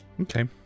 Okay